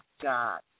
God